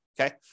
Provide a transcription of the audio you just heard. okay